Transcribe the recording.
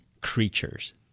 creatures